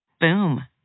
Boom